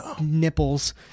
nipples